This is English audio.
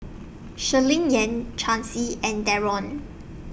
Shirleyann Chancy and Darron